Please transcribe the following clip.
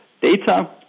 data